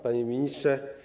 Panie Ministrze!